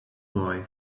boy